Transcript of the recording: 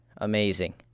amazing